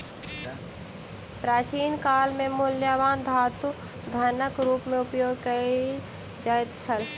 प्राचीन काल में मूल्यवान धातु धनक रूप में उपयोग कयल जाइत छल